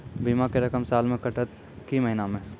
बीमा के रकम साल मे कटत कि महीना मे?